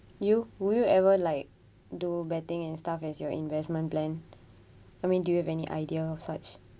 you would you ever like do betting and stuff as your investment plan I mean do you have any idea such